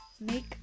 make